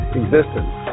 existence